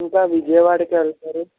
ఇంకా విజయవాడకి వెళ్తారు